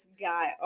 guy